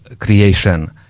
creation